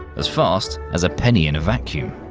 as fast as a penny in a vacuum.